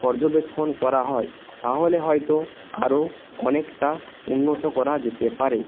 পর্যবেক্ষণ করা হয় তাহলে হয়তো আরও অনেকটা উন্নত করা যেতে পারে